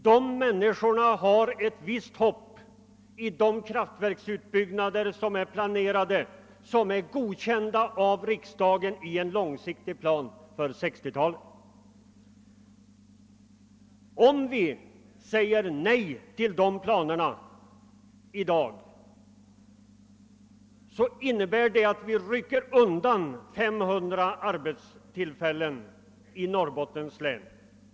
Dessa människor har ett visst hopp då det gäller de kraftverksutbyggnader som planerats och godkänts av riksdagen i en långsiktig planering. Om vi säger nej till dessa planer i dag innebär det, att vi rycker undan 500 arbetstillfällen i Norrbottens län.